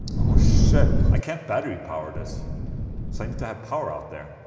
oh shit, i can't battery power this so i need to have power out there